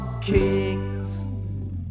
kings